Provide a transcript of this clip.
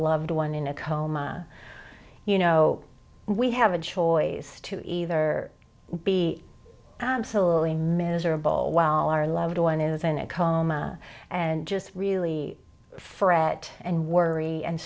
loved one in a coma you know we have a choice to either be absolutely miserable while our loved one is in a coma and just really fret and worry and